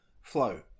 flow